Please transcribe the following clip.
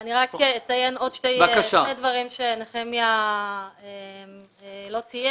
אני רק אציין עוד שני דברים שנחמיה לא ציין.